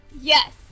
Yes